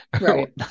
Right